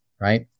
Right